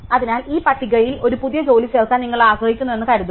അതിനാൽ ഈ പട്ടികയിൽ ഒരു പുതിയ ജോലി ചേർക്കാൻ നിങ്ങൾ ആഗ്രഹിക്കുന്നുവെന്ന് കരുതുക